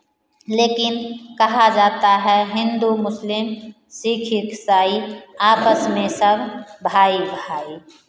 लेकिन कहा जाता है हिन्दू मुस्लिम सिक्ख ईसाई आपस में सब भाई भाई